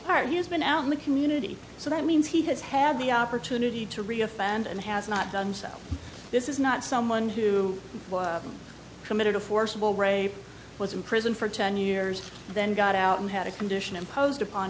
part he has been out in the community so that means he has had the opportunity to re offend and has not done so this is not someone who committed a forcible rape was in prison for ten years and then got out and had a condition imposed upon